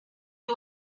die